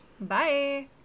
Bye